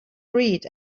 read